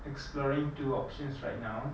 exploring two options right now